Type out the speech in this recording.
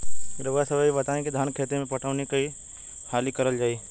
रउवा सभे इ बताईं की धान के खेती में पटवान कई हाली करल जाई?